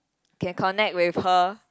can connect with her